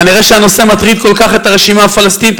כנראה הנושא מטריד כל כך את הרשימה הפלסטינית